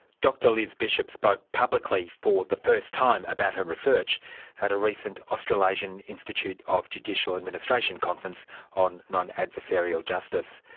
dr liz bishop spoke publicly for the first time about her research at a recent australasian institute of judicial administration conference on non-adversarial justice.